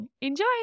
Enjoy